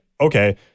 okay